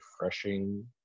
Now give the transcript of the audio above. refreshing